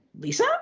Lisa